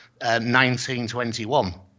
1921